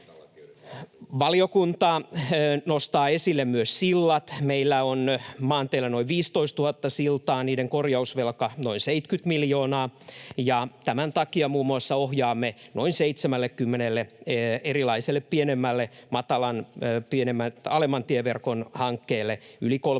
Valiokunta nostaa esille myös sillat. Meillä on maanteillä noin 15 000 siltaa. Niiden korjausvelka on noin 70 miljoonaa, ja tämän takia muun muassa ohjaamme noin 70 erilaiselle pienemmälle, alemman tieverkon hankkeelle yli 30